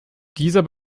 dieser